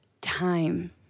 Time